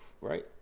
right